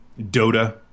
Dota